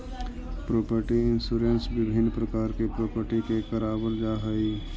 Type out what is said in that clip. property insurance विभिन्न प्रकार के प्रॉपर्टी के करवावल जाऽ हई